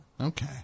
Okay